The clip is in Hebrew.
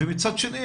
ומצד שני,